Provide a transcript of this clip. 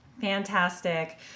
fantastic